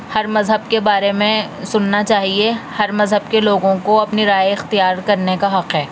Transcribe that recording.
ہر مذہب کے بارے میں سننا چاہیے ہر مذہب کے لوگوں کو اپنی رائے اختیار کرنے کا حق ہے